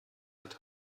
hat